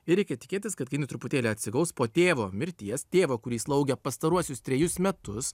ir reikia tikėtis kad kai jinai truputėlį atsigaus po tėvo mirties tėvo kurį slaugė pastaruosius trejus metus